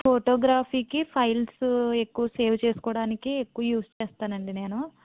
ఫోటోగ్రఫీకి files ఎక్కువ save చేసుకోవడానికి ఎక్కువ యూజ్ చేస్తాను అండి నేను